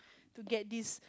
to get this